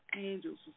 angels